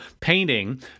painting